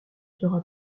sera